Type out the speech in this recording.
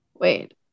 Wait